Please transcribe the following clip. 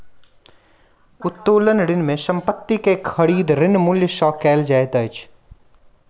उत्तोलन ऋण में संपत्ति के खरीद, ऋण मूल्य सॅ कयल जाइत अछि